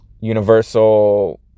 universal